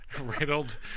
riddled